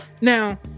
now